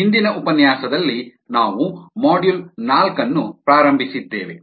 ಹಿಂದಿನ ಉಪನ್ಯಾಸದಲ್ಲಿ ನಾವು ಮಾಡ್ಯೂಲ್ ನಾಲ್ಕನ್ನು ಪ್ರಾರಂಭಿಸಿದ್ದೇವೆ